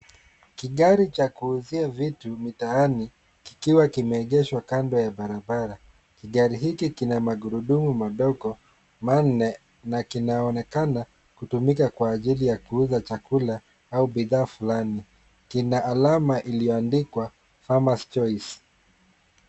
Kigari cha kuuzia vitu mitaani kikiwa kimeegeshwa kando ya barabara. Kigari hiki kina magurudumu madogo manne na kinaonekana kutumika kwa ajili ya kuuza chakula au bidhaa fulani. Kina alama iliyoandikwa Farmers Choice .